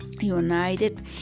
united